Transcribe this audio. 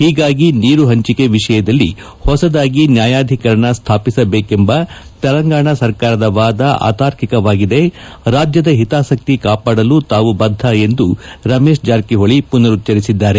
ಹೀಗಾಗಿ ನೀರು ಹಂಚಿಕೆ ವಿಷಯದಲ್ಲಿ ಹೊಸದಾಗಿ ನ್ಯಾಯಾಧಿಕರಣ ಸ್ವಾಪಿಸಬೇಕೆಂಬ ತೆಲಂಗಾಣ ಸರ್ಕಾರದ ವಾದ ಅತಾರ್ತಿಕವಾಗಿದೆ ರಾಜ್ಯದ ಹಿತಾಸಕ್ತಿ ಕಾಪಾಡಲು ತಾವು ಬದ್ದ ಎಂದು ಪುನರುಚ್ಚರಿಸಿದ್ದಾರೆ